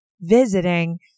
visiting